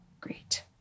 Great